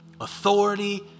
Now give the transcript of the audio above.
authority